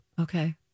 Okay